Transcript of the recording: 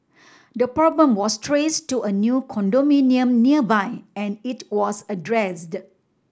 the problem was traced to a new condominium nearby and it was addressed